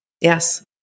Yes